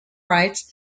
rights